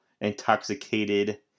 intoxicated